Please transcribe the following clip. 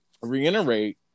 reiterate